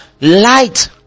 Light